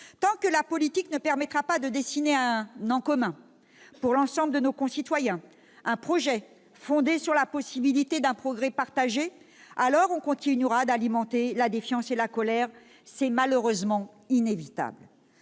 Tant que la politique ne permettra pas de dessiner un « en commun » pour l'ensemble de nos concitoyens, un projet fondé sur la possibilité d'un progrès partagé, on continuera d'alimenter la défiance et la colère. C'est malheureusement inévitable.